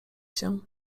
się